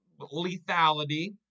lethality